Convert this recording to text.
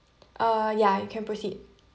uh ya you can proceed